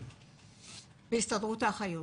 בהסתדרות האחיות.